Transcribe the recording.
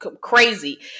crazy